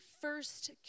first